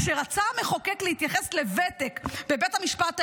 כשרצה המחוקק להתייחס לוותק בבית המשפט העליון,